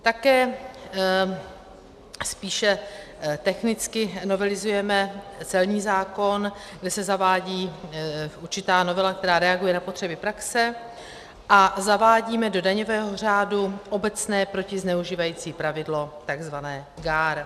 Také spíše technicky novelizujeme celní zákon, kde se zavádí určitá novela, která reaguje na potřeby praxe, a zavádíme do daňového řádu obecné protizneužívající pravidlo, takzvané GAAR.